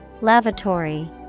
Lavatory